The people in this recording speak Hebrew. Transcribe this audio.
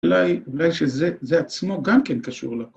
‫אולי שזה עצמו גם כן קשור לפה.